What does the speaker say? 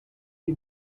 you